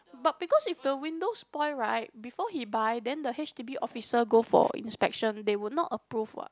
but because if the window spoil right before he buy then the H_D_B officer go for inspection they would not approve what